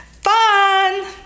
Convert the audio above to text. Fun